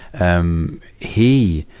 um, he,